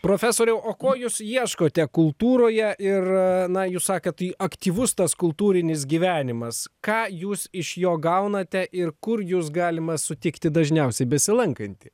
profesoriau o ko jūs ieškote kultūroje ir na jūs sakėt aktyvus tas kultūrinis gyvenimas ką jūs iš jo gaunate ir kur jus galima sutikti dažniausiai besilankantį